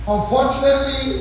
Unfortunately